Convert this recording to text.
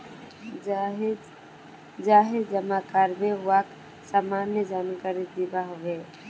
जाहें जमा कारबे वाक सामान्य जानकारी दिबा हबे